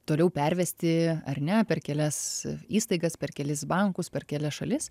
toliau pervesti ar ne per kelias įstaigas per kelis bankus per kelias šalis